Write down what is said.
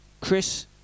Chris